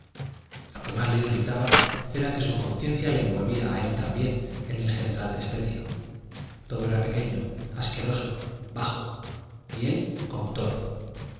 lo que más le irritaba era que su conciencia le envolvía a él también en el general desprecio todo era pequeño asqueroso bajo y él como todo